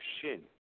shin